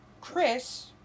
Chris